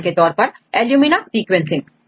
उदाहरण के तौर पर इल्यूमिना सीक्वेंसिंग